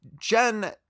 Jen